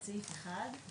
את סעיף 1,